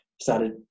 started